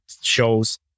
shows